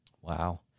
Wow